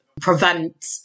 prevent